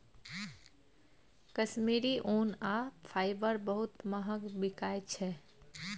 कश्मीरी ऊन आ फाईबर बहुत महग बिकाई छै